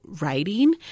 writing